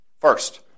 First